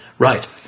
Right